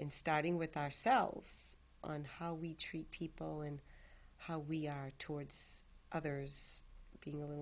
in starting with ourselves on how we treat people in how we are towards others being a little